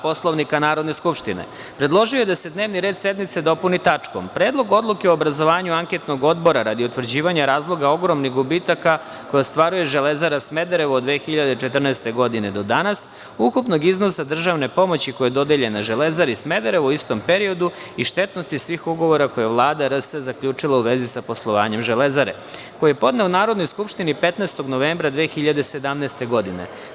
Poslovnika Narodne skupštine, predložio je da se dnevni red sednice dopuni tačkom – Predlog odluke o obrazovanju Anketnog odbora radi utvrđivanja razloga ogromnih gubitaka koje ostvaruje „Železara Smederevo“ od 2014. godine do danas, ukupnog iznosa državne pomoći koja je dodeljena „Železari Smederevo“ u istom periodu i štetnosti svih ugovora koje je Vlada RS zaključila u vezi sa poslovanjem „Železare“, koji je podneo Narodnoj skupštini 15. novembra 2017. godine.